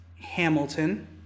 hamilton